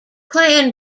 clan